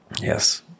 Yes